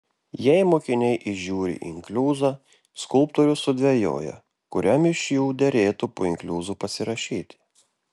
jei mokiniai įžiūri inkliuzą skulptorius sudvejoja kuriam iš jų derėtų po inkliuzu pasirašyti